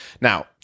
Now